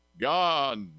God